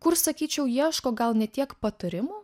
kur sakyčiau ieško gal ne tiek patarimų